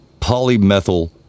polymethyl